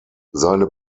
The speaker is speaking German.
seine